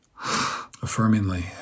affirmingly